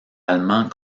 allemand